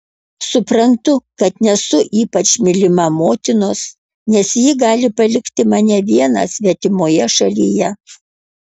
suprantu kad nesu ypač mylima motinos nes ji gali palikti mane vieną svetimoje šalyje